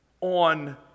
on